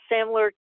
similar